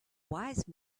wise